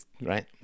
right